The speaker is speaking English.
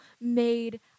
made